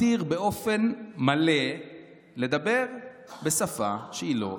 מתיר באופן מלא לדבר בשפה שהיא לא עברית.